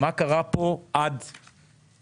מה קרה פה עד ל-2022?